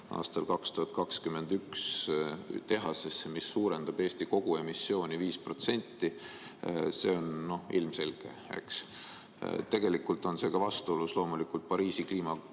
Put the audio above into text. aastal 2021 tehasesse, mis suurendab Eesti koguemissiooni 5%, on ilmselge. Tegelikult on see ka vastuolus Pariisi kliimakokkuleppega,